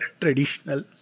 traditional